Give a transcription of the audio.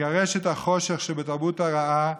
לגרש את החושך שבתרבות הרעה.